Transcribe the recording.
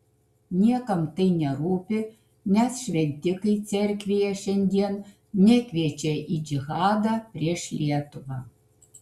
niekam tai nerūpi nes šventikai cerkvėje šiandien nekviečia į džihadą prieš lietuvą